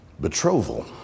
betrothal